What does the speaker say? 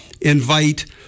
invite